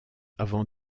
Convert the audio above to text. avant